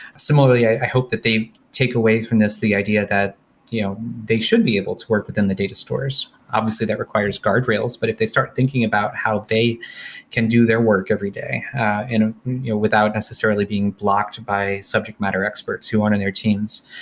similarly, i hope that they take away from this the idea that you know they should be able to work within the data stores. obviously, that requires guardrails, but if they start thinking about how they can do their work every day and you know without necessarily being blocked by subject matter experts who aren't in their teams.